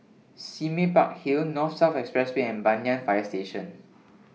Sime Park Hill North South Expressway and Banyan Fire Station